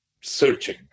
searching